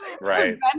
Right